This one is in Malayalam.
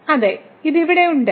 അതെ ഇത് ഇവിടെയുണ്ട്